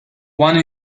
one